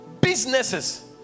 businesses